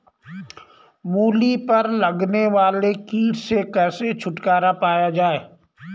मूली पर लगने वाले कीट से कैसे छुटकारा पाया जाये?